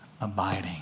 abiding